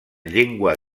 llengua